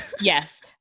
Yes